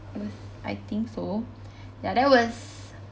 I think so ya that was